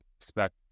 expect